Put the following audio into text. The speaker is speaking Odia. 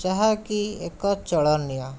ଯାହାକି ଏକ ଚଳନୀୟ